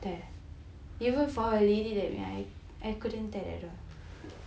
even for a lady that right and couldn't than